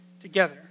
together